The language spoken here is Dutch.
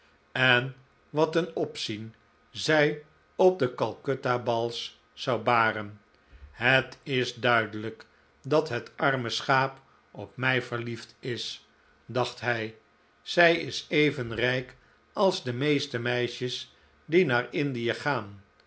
en wat een opzien zij op de calcutta bals zou baren het is duidelijk dat het arme schaap op mij verliefd is dacht hij zij is even rijk als de meeste meisjes die naar indie gaan